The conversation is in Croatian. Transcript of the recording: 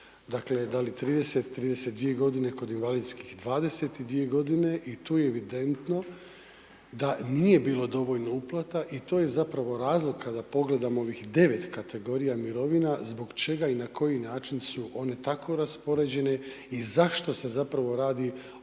dakle da li 30, 32 godine kod invalidskih 22 godine i tu je evidentno da nije bilo dovoljno uplata i to je zapravo razlog kada pogledam ovih 9 kategorija mirovina zbog čega i na koji način su one tako raspoređene i zašto se zapravo radi o određenim